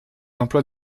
emplois